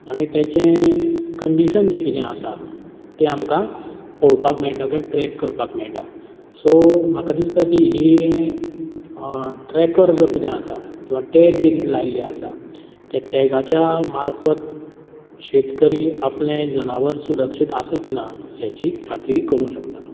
आनी तेचें कंडिशन जें कितें आसा तें आमकां पोळोवपाक मेळटा सगळें ट्रॅक करपाक मेळटा सो म्हाका दिसता की हीयें ट्रॅकर जो कितें आसा किंवां टॅग जे कितें लायल्ले आसा ते टॅगाच्या मार्फत शेतकरी आपलें जनावर सुरक्षीत आसा की ना हेची खात्री करूंक शकता